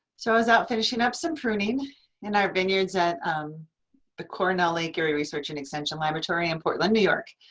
so i was out finishing up some pruning in our vineyards at um the cornell lake erie research and extension laboratory in portland new york.